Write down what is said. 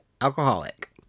alcoholic